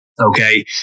okay